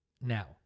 now